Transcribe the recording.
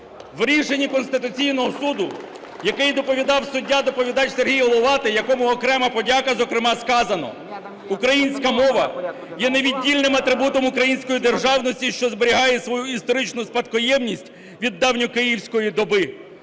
У рішенні Конституційного Суду, яке доповідав суддя-доповідач Сергій Головатий, якому окрема подяка, зокрема, сказано: "Українська мова є невіддільним атрибутом української державності, що зберігає свою історичну спадкоємність від давньокиївської доби.